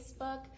Facebook